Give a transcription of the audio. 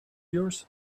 yours